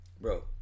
bro